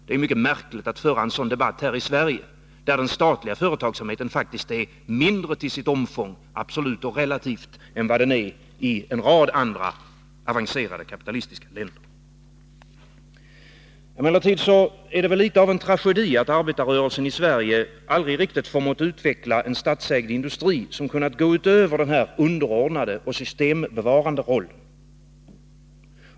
Det är mycket märkligt att föra en sådan debatt här i Sverige där den statliga företagsamheten faktiskt är mindre till sitt omfång, absolut och relativt, än den är i en rad andra avancerade kapitalistiska länder. Emellertid är det litet av en tragedi att arbetarrörelsen i Sverige aldrig riktigt har förmått utveckla en statsägd industri som kunnat gå utöver den underordnade och systembevarande rollen.